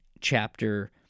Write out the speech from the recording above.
chapter